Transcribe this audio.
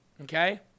Okay